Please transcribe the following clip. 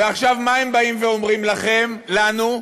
ועכשיו מה הם באים ואומרים לכם, לנו?